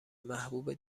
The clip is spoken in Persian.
محبوب